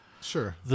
sure